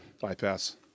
Bypass